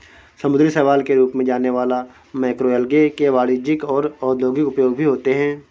समुद्री शैवाल के रूप में जाने वाला मैक्रोएल्गे के वाणिज्यिक और औद्योगिक उपयोग भी होते हैं